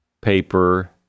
paper